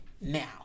now